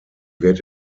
wird